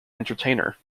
entertainer